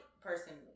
personally